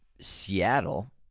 Seattle